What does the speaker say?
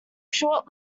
short